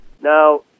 Now